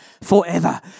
forever